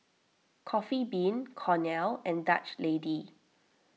Coffee Bean Cornell and Dutch Lady